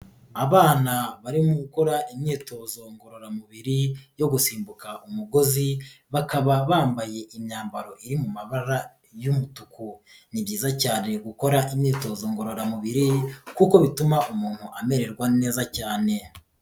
Abana barimo gukora imyitozo ngororamubiri yo gusimbuka umugozi, bakaba bambaye imyambaro iri mu mabara y'umutuku. Ni byiza cyane gukora imyitozo ngororamubiri kuko bituma umuntu amererwa neza cyane.